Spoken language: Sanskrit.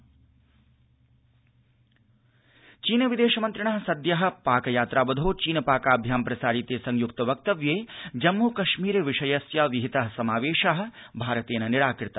भारत पाक चीनानि चीन विदेशमन्त्रिण सद्यपाक यात्रावधौ चीन पाकभ्यां प्रसारिते संयुक्त वक्तव्ये जम्मूकश्मीर विषयस्य विहित समावेश भारतेन निराकृत